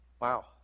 Wow